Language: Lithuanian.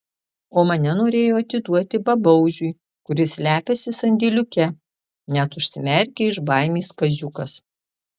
o mane norėjo atiduoti babaužiui kuris slepiasi sandėliuke net užsimerkė iš baimės kaziukas